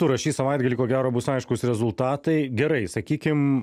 turas šį savaitgalį ko gero bus aiškūs rezultatai gerai sakykim